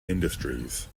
industries